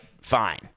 fine